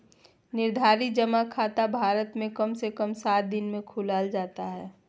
निर्धारित जमा खाता भारत मे कम से कम सात दिन मे खुल जाता हय